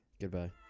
Goodbye